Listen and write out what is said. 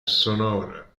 sonora